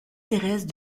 thérèse